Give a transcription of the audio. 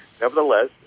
nevertheless